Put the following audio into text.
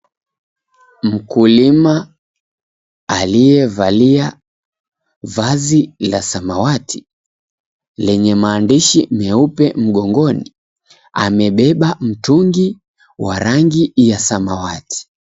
Mkulima aliyevalia vazi la samawati lenye maandishi meupe mgongoni amebeba mtungi wa rangi ya samawati.